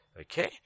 Okay